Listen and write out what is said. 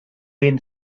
been